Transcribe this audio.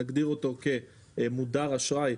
שנגדיר אותו כמודר אשראי,